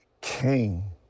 King